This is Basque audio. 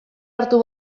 hartu